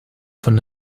von